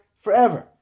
forever